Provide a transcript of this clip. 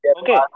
okay